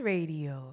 Radio